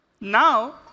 Now